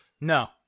No